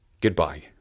goodbye